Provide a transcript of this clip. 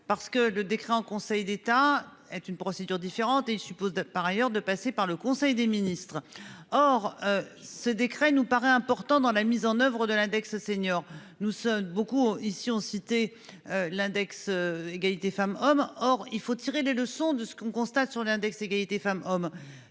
parce que le décret en Conseil d'État est une procédure différente et suppose par ailleurs de passer par le Conseil des ministres. Or ce décret nous paraît important dans la mise en oeuvre de l'index senior. Nous sommes beaucoup ici ont cité. L'index égalité femmes-hommes, or, il faut tirer les leçons de ce qu'on constate sur l'index égalité femmes-hommes